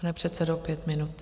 Pane předsedo, pět minut.